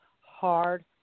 hard